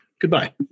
Goodbye